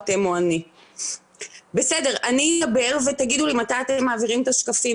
על בסיס זה ועל בסיס הסכמות שהיו בצוות על זה,